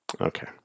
Okay